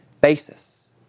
basis